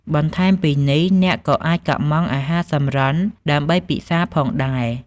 បន្ថែមពីនេះ អ្នកក៏អាចកុម្ម៉ង់អាហារសម្រន់ដើម្បីពិសារផងដែរ។